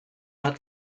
hat